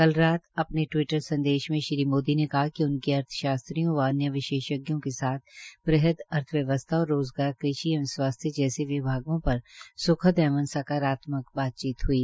कल रात अपने टिवीटर संदेश में श्री मोदी ने कहा कि उनकी अर्थशास्त्रियों व अन्य विशेषज्ञों के साथ बृहद अर्थव्यवस्था और रोज़गार कृषि एवं स्वास्थ्य जैसे विभागों पर स्खद एवं सकारात्मक बातचीत ह्ई